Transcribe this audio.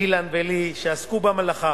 אילן ולי, שעסקו במלאכה